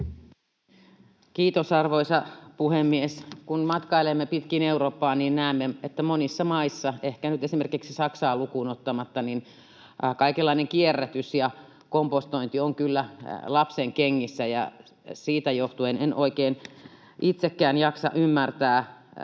Kiitos, arvoisa puhemies! Kun matkailemme pitkin Eurooppaa, näemme, että monissa maissa — ehkä nyt esimerkiksi Saksaa lukuun ottamatta — kaikenlainen kierrätys ja kompostointi ovat kyllä lapsenkengissä, ja siitä johtuen en oikein itsekään jaksa ymmärtää,